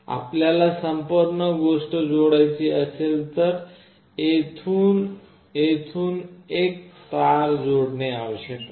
आपल्याला संपूर्ण गोष्ट जोडायची असेल तर येथून येथून एक तार जोडणे आवश्यक आहे